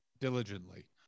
diligently